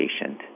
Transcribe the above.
patient